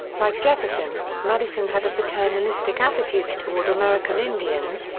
like jefferson, madison had a paternalistic attitude toward american indians,